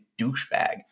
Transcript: douchebag